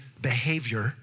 behavior